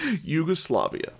Yugoslavia